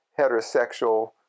heterosexual